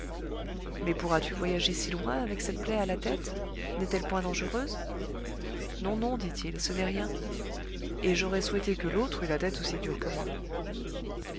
mais pourras-tu voyager si loin avec cette plaie à la tête n'est-elle point dangereuse non non dit-il ce n'est rien et j'aurais souhaité que l'autre eût la tête aussi dure que moi